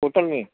hotel में